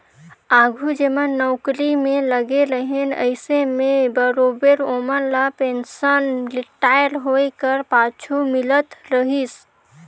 आघु जेमन नउकरी में लगे रहिन अइसे में बरोबेर ओमन ल पेंसन रिटायर होए कर पाछू मिलत रहिस